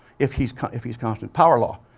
if he's if he's constant, power law.